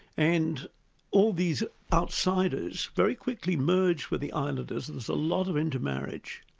and all these outsiders very quickly merged with the islanders, and there's a lot of intermarriage.